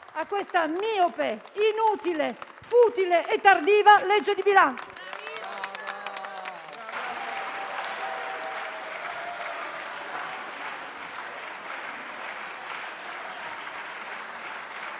a questa miope, inutile, futile e tardiva legge di bilancio.